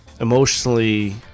emotionally